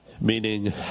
Meaning